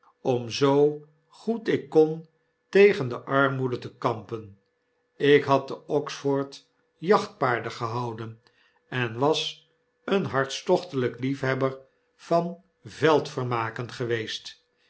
om zoo goed ik kon tegen de armoede te kampen ik had te oxford jachtpaarden gehouden en was een hartstochtelyk liefhebber van veldvermaken geweest